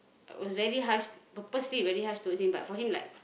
I was very harsh purposely very harsh towards him but for him like